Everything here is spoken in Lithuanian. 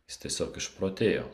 jis tiesiog išprotėjo